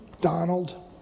Donald